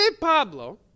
Pablo